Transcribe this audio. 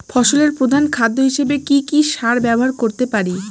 ফসলের প্রধান খাদ্য হিসেবে কি কি সার ব্যবহার করতে পারি?